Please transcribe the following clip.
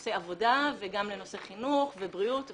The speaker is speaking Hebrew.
לנושא עבודה וגם לנושא חינוך ובריאות וכדומה.